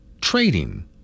trading